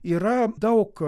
yra daug